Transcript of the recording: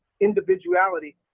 individuality